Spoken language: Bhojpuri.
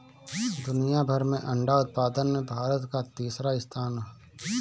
दुनिया भर में अंडा उत्पादन में भारत कअ तीसरा स्थान हअ